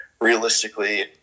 realistically